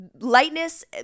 lightness